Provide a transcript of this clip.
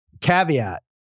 caveat